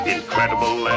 Incredible